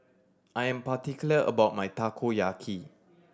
I am particular about my Takoyaki